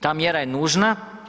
Ta mjera je nužna.